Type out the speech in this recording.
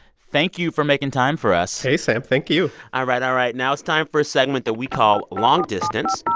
thank you for making time for us hey, sam. thank you all ah right. all right. now it's time for a segment that we call long distance.